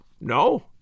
No